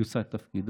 היא עושה את תפקידה.